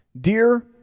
Dear